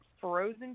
Frozen